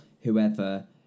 whoever